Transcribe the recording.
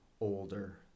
older